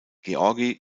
georgi